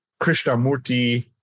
Krishnamurti